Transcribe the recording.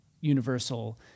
universal